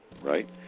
right